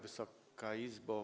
Wysoka Izbo!